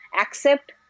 accept